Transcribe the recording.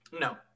No